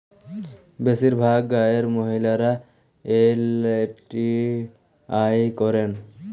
বেশিরভাগ গাঁয়ের মহিলারা এল.টি.আই করেন